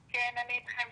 כן, אני אתכם.